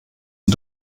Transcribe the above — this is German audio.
sie